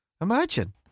Imagine